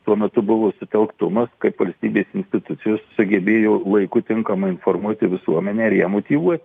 tuo metu buvo sutelktumas kaip valstybės institucijos sugebėjo laiku tinkamai informuoti visuomenę ir ją motyvuo